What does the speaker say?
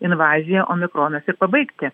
invaziją omikronas ir pabaigti